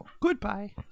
goodbye